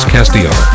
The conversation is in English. Castillo